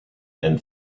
and